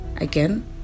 again